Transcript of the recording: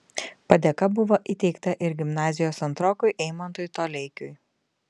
padėka buvo įteikta ir gimnazijos antrokui eimantui toleikiui